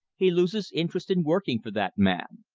he loses interest in working for that man.